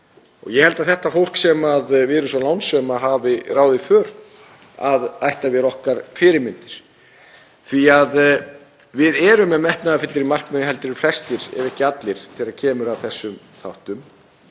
Ég held að þetta fólk, sem við erum svo lánsöm að hafi ráðið för, ætti að vera okkar fyrirmyndir. Við erum með metnaðarfyllri markmið en flestir ef ekki allir þegar kemur að þessum þáttum.